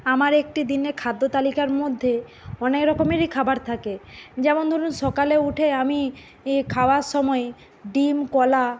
আমার একটি দিনের খাদ্য তালিকার মধ্যে অনেক রকমেরই খাবার থাকে যেমন ধরুন সকালে উঠে আমি খাবার সময় ডিম কলা